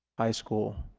high school